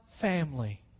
family